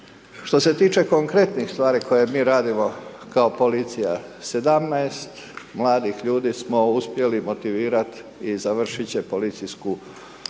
Što se tiče konkretnih stvari koje mi radimo kao policija, 17 mladih ljudi smo uspjeli motivirati i završit će Policijsku školu